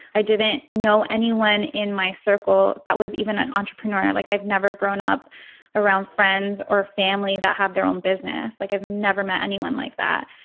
i didn't know anyone in my circle that was even an entrepreneur. like i've never grown up around friends or family that have their own business like i've never met anyone like that.